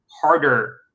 harder